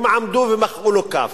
הם עמדו ומחאו לו כף.